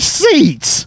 seats